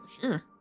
Sure